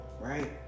right